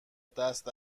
دست